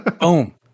Boom